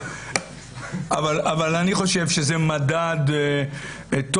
אבל אני חושב שזה מדד טוב.